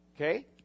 Okay